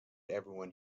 everyone